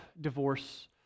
Divorce